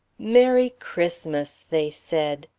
merry christmas, they said.